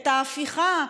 את ההפיכה,